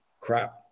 crap